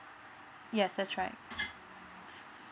yes that's right